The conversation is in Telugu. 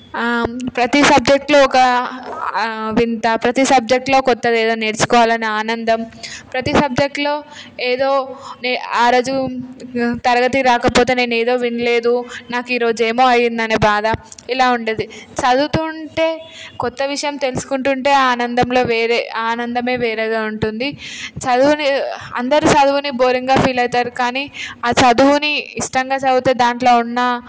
ప్రతీ సబ్జెక్టులో ఒక వింత ప్రతీ సబ్జెక్టులో ఒక కొత్తది ఏదైనా నేర్చుకోవాలని ఆనందం ప్రతీ సబ్జెక్టులో ఏదో ఆ రోజు తరగతి రాకపోతే నేను ఏదో వినలేదు నాకు ఈ రోజు ఏదో అయ్యిందనే బాధ ఇలా ఉండేది చదువుతుంటే క్రొత్త విషయం తెలుసుకుంటూ ఉంటే ఆనందంలో వేరే ఆనందమే వేరేగా ఉంటుంది చదువుని అందరూ చదువుని బోరింగ్గా ఫీల్ అవుతారు కానీ ఆ చదువుకుని ఇష్టంగా చదివితే దాంట్లో ఉన్న